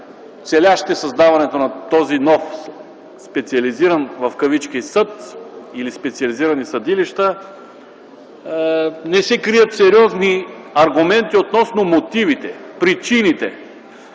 целящи създаването на този нов „специализиран” съд, или специализирани съдилища, не се крият сериозни аргументи относно мотивите, причините.